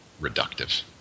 reductive